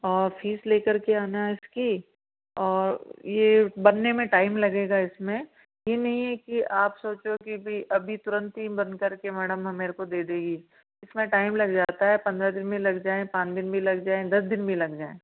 और फीस लेकर के आना इसकी और यह बनने में टाइम लगेगा इस में यह नहीं है कि आप सोच रहे हो भई अभी तुरंत ही बना करके मैडम मुझे दे देंगी इस में टाइम लग जाता है पंद्रह दिन भी लग जाएं पाँच दिन भी लग जाएं दस दिन भी लग जाएं